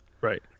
Right